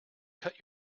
cut